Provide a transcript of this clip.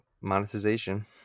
monetization